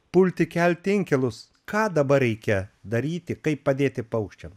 pulti kelti inkilus ką dabar reikia daryti kaip padėti paukščiam